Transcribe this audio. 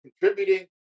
contributing